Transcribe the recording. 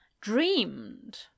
dreamed